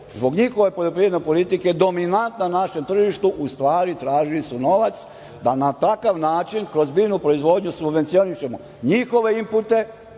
zbog njihove poljoprivredne politike dominantni na našem tržištu, u stvari tražili su novac da na takav način kroz biljnu proizvodnju subvencionišemo njihove inpute,